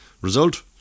Result